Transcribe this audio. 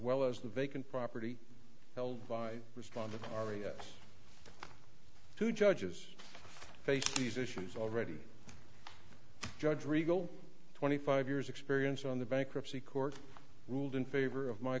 well as the vacant property held by respond to our yes two judges face these issues already judge riegel twenty five years experience on the bankruptcy court ruled in favor of my